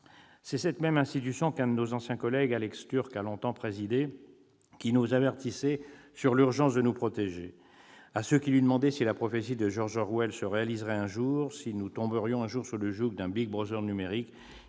C'est cette même institution qu'un de nos anciens collègues, Alex Türk, a longtemps présidée. Celui-ci nous avertissait sur l'urgence de nous protéger : à ceux qui lui demandaient si la prophétie de George Orwell se réaliserait un jour, si nous étions susceptibles de tomber sous le joug d'un numérique,